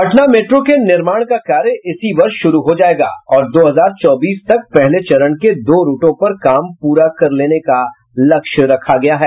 Patna metro के निर्माण का कार्य इसी वर्ष शुरू हो जायेगा और दो हजार चौबीस तक पहले चरण के दो रूटों पर काम पूरा कर लेने का लक्ष्य रखा गया है